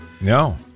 No